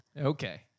Okay